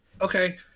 Okay